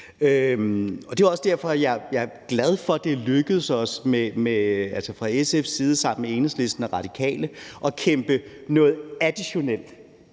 Det er også derfor, jeg er glad for, at det er lykkedes os, altså SF sammen med Enhedslisten og Radikale, at kæmpe noget additionel